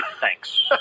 Thanks